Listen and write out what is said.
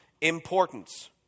importance